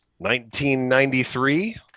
1993